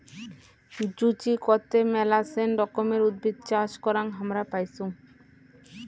জুচিকতে মেলাছেন রকমের উদ্ভিদ চাষ করাং হামরা পাইচুঙ